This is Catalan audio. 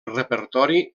repertori